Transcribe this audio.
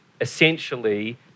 essentially